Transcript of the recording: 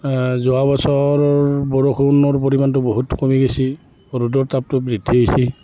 যোৱা বছৰ বৰষুণৰ পৰিমাণটো বহুত কমি গেছে ৰ'দৰ তাপটো বৃদ্ধি হৈছে